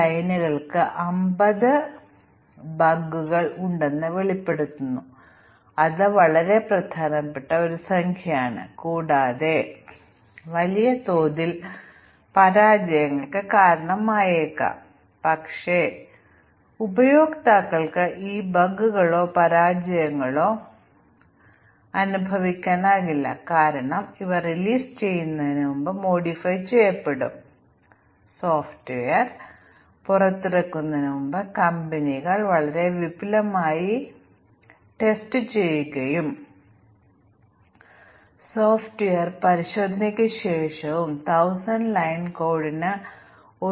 മറുവശത്ത് coupling effect എല്ലാ സങ്കീർണ്ണമായ പിശകുകളും നിരവധി ലളിതമായ പിശകുകൾ മൂലമാണ് സംഭവിക്കുന്നതെന്നും അതിനാൽ ലളിതമായ പിശകുകൾ ഞങ്ങൾ പരിശോധിക്കുകയാണെങ്കിൽ സങ്കീർണ്ണമായ പിശകുകൾ പരിശോധിക്കാൻ അത് മതിയാകുമെന്നും പ്രോഗ്രാമിലെ സങ്കീർണ്ണമായ പിശക് അവതരിപ്പിക്കണ്ടതില്ല എന്ന് അദ്ദേഹം പറയുന്നു